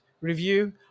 review